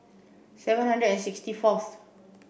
seven hundred and sixty fourth